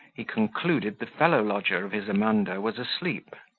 he concluded the fellow-lodger of his amanda was asleep.